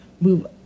move